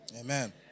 Amen